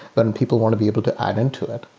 then people want to be able to add into it.